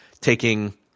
taking